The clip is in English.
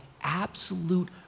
absolute